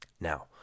Now